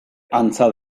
antza